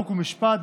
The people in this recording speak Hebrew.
חוק ומשפט,